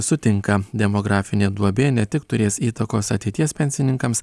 sutinka demografinė duobė ne tik turės įtakos ateities pensininkams